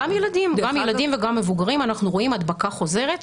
גם ילדים וגם מבוגרים, אנחנו רואים הדבקה חוזרת.